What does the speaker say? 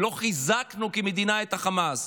את חמאס.